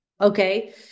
okay